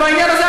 ובעניין הזה,